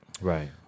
right